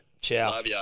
Ciao